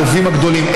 הלווים הגדולים,